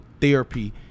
therapy